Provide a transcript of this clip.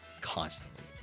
constantly